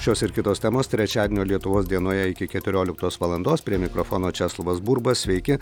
šios ir kitos temos trečiadienio lietuvos dienoje iki keturioliktos valandos prie mikrofono česlovas burba sveiki